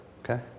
Okay